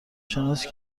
شناسی